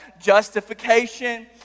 justification